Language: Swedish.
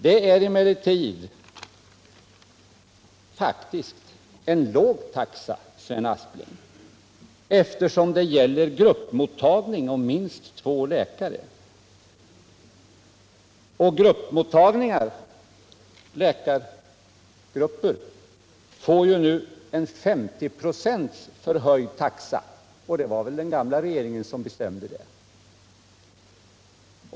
Detta är emellertid faktiskt en låg taxa, Sven Aspling, eftersom det gäller gruppmottagning med minst två läkare. Läkargrupper får nu en 50-procentig förhöjning av taxan — och det var väl den gamla regeringen som bestämde det.